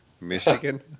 Michigan